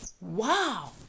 Wow